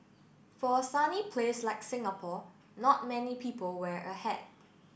for a sunny place like Singapore not many people wear a hat